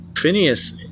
Phineas